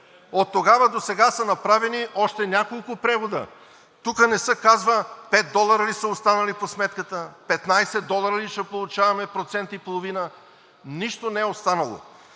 от тогава до сега са направени още няколко превода. Тук не се казва пет долара ли са останали по сметката, на 15 долара ли ще получаваме 1,5%? Нищо не е останало.